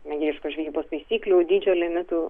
mėgėjiškos žvejybos taisyklių dydžio limitų